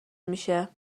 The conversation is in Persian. میشه